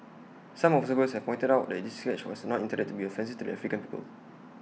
some observers have pointed out that this sketch was not intended to be offensive to the African people